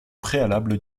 préalable